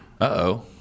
Uh-oh